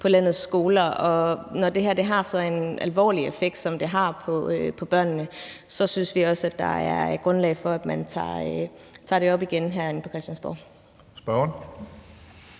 på landets skoler. Når det her har en så alvorlig effekt, som det har på børnene, synes vi også, at der er grundlag for, at man tager det op igen herinde på Christiansborg.